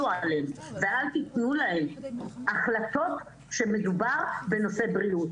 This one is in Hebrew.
עליהם ואל תתנו להם החלטות כאשר מדובר בנושא בריאות.